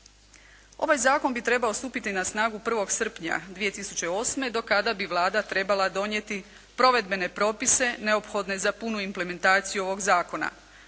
Ovaj zakon bi trebao stupiti na snagu 1. srpnja 2008. do kada bi Vlada trebala donijeti provedbene propise neophodne za punu implementaciju ovog zakona.